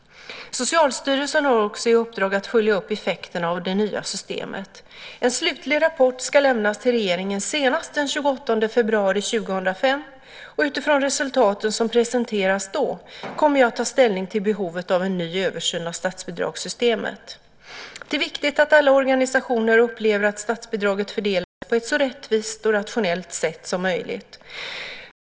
Socialstyrelsen har också i uppdrag att följa upp effekterna av det nya systemet. En slutlig rapport ska lämnas till regeringen senast den 28 februari 2005, och utifrån resultaten som presenteras då kommer jag att ta ställning till behovet av en ny översyn av statsbidragssystemet. Det är viktigt att alla organisationer upplever att statsbidraget fördelas på ett så rättvist och rationellt sätt som möjligt.